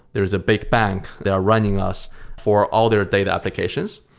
there is a big bank. they are running us for all their data applications.